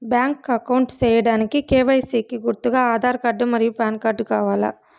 Bank account సేయడానికి KYC కి గుర్తుగా ఆధార్ కార్డ్ మరియు పాన్ కార్డ్ కావాలా?